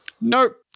Nope